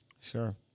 Sure